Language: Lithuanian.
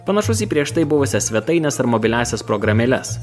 panašus į prieš tai buvusias svetaines ar mobiliąsias programėles